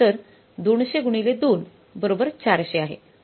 तर 200 गुणिले 2 400 आहे